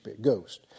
Ghost